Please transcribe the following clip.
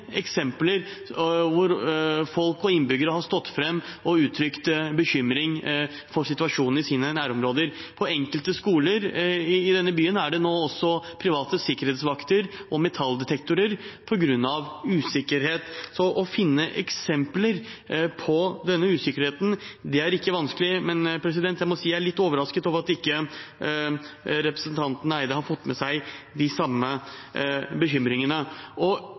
eksempler på at folk har stått fram og uttrykt bekymring for situasjonen i sine nærområder. På enkelte skoler i denne byen er det nå også private sikkerhetsvakter og metalldetektorer på grunn av usikkerhet. Så det å finne eksempler på denne usikkerheten er ikke vanskelig, men jeg må si jeg er litt overrasket over at ikke representanten Eide har fått med seg de samme bekymringene.